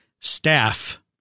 staff